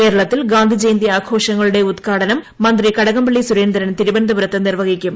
കേരളത്തിൽ ഗാന്ധിജയന്തി ആഘോഷങ്ങളുടെ ഉദ്ഘാടനം മന്ത്രി കടകംപള്ളി സുരേന്ദ്രൻ തിരുവനന്തപുരത്ത് നിർവ്വഹിക്കും